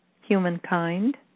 humankind